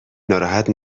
ناراحت